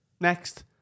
Next